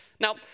Now